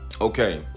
Okay